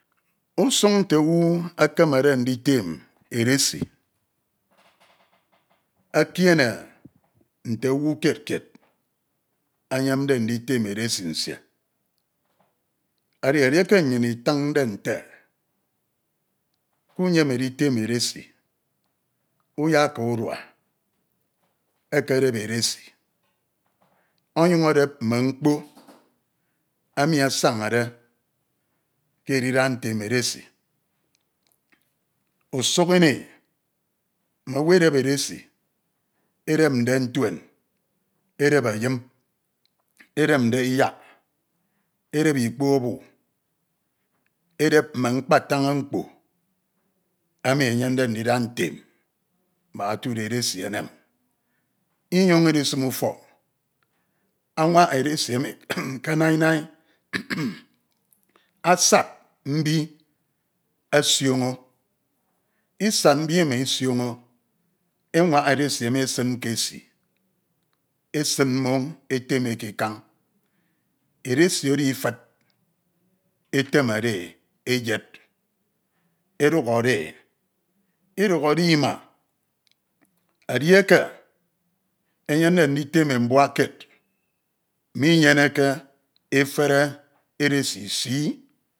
Usun nte owu ekemede nditem edesi, ekiene nte owu kied kied eyemde nditem edesi nsie. Edi edieke nnyin itinde nte, uyem editem edesi iyeka urua ekedep edesi ọnyuñ edep mme mkpo emi asañade ke edida ntem edesi usuk ini mme owu edep edesi, edep ndek ntuen, edep eyim, edep ndak iyak edep ikpo obu, edep mme mkpatañg mkpo emi eyemde ndide ntem mbak etudo edesi enem, inyoñ idisim ufọk, anwanha edesi emi ke nai nai asad mbi esioño, isad mbi ima isioño anwanha edesi emi esin ke esii esin mmoñ etem e ke ikan, edesi oro ifud etemedee eyed, edukhode e, idukho de e ima, edieke eyemde nditeme mbuak kied minyeneke efene edesi isii.